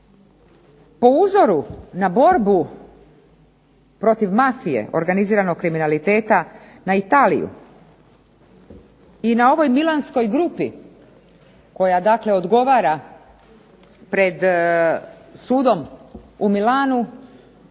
Po uzoru na borbu protiv mafije, organiziranog kriminaliteta, na Italiju i na ovoj milanskoj grupi koja dakle odgovara pred sudom u Milanu,